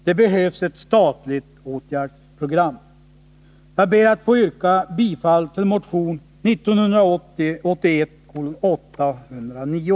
Det behövs ett statligt åtgärdsprogram. Jag ber att få yrka bifall till motion 1980/81:809.